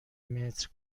متر